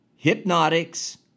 Hypnotics